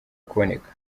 kuboneka